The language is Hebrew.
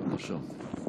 בבקשה.